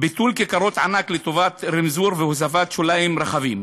ביטול כיכרות ענק לטובת רמזור והוספת שוליים רחבים.